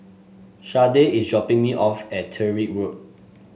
Sharday is dropping me off at Tyrwhitt Road